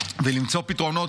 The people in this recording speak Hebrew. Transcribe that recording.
ולמצוא פתרונות,